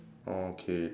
orh okay